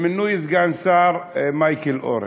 מינוי סגן שר, מייקל אורן,